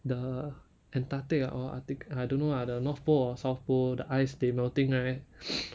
the antarctic ah or arctic I don't know lah the north pole south pole the ice they melting right